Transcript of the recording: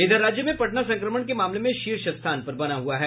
इधर राज्य में पटना संक्रमण के मामले में शीर्ष स्थान पर बना हुआ है